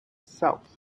south